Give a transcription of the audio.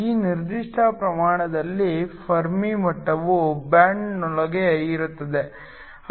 ಈ ನಿರ್ದಿಷ್ಟ ಪ್ರಕರಣದಲ್ಲಿ ಫೆರ್ಮಿ ಮಟ್ಟವು ಬ್ಯಾಂಡ್ನೊಳಗೆ ಇರುತ್ತದೆ